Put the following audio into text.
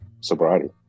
sobriety